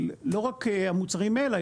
לא רק המוצרים האלה,